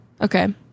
okay